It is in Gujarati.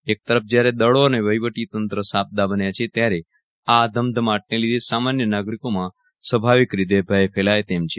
એક તરફ જયારે દળો અને વહીવટી તંત્ર સાબદા બન્યા છે ત્યારે આ ધમધમાટને લીધે સામાન્ય નાગરિકોમાં સ્વાભાવિક રીતે ભય ફેલાય તેમ છે